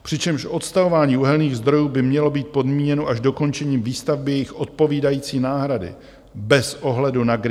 Přičemž odstavování uhelných zdrojů by mělo být podmíněno až dokončením výstavby jejich odpovídající náhrady bez ohledu na Green Deal.